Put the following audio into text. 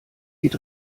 geht